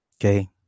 Okay